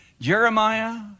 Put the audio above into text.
Jeremiah